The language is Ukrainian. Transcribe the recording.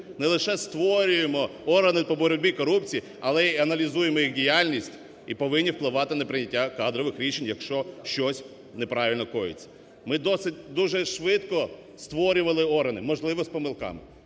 не лише створюємо органи по боротьбі корупції, але і аналізуємо їх діяльність, і повинні впливати на прийняття кадрових рішень, якщо щось неправильно коїться. Ми досить дуже швидко створювали органи, можливо з помилками.